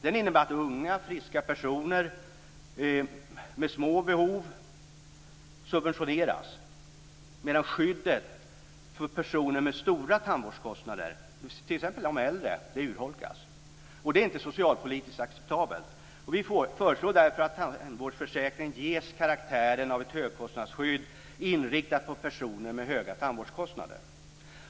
Den innebär att unga, friska personer med små behov subventioneras, medan skyddet för personer med stora tandvårdskostnader, t.ex. äldre, urholkas. Detta är inte socialpolitiskt acceptabelt. Vi föreslår därför att tandvårdsförsäkringen ges karaktären av ett högkostnadsskydd inriktat på personer med höga tandvårdskostnader.